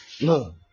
no